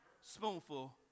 Spoonful